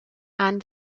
and